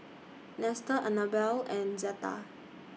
Nestor Anabel and Zetta